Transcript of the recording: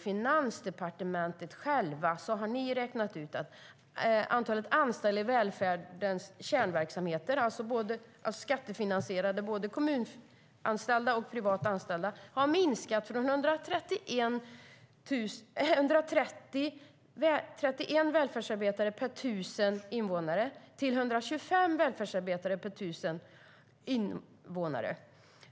Finansdepartementet har självt räknat ut att antalet anställda i välfärdens skattefinansierade kärnverksamheter, både kommunalt och privat anställda, har minskat från 131 välfärdsarbetare per 1 000 invånare till 125 välfärdsarbetare per 1 000 invånare.